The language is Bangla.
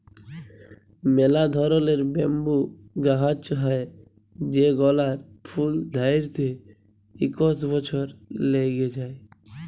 ম্যালা ধরলের ব্যাম্বু গাহাচ হ্যয় যেগলার ফুল ধ্যইরতে ইক শ বসর ল্যাইগে যায়